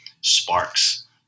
sparks